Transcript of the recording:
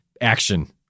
action